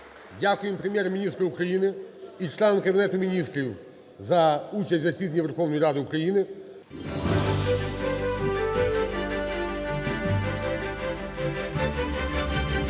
Дякуємо Прем'єр-міністру України і членам Кабінету Міністрів за участь в засіданні Верховної Ради України.